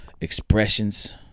expressions